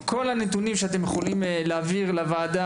כל הנתונים שאתם להעביר לוועדה,